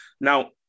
Now